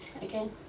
again